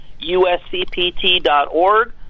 uscpt.org